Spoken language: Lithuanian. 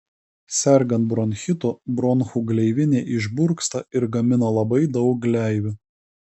sergant bronchitu bronchų gleivinė išburksta ir gamina labai daug gleivių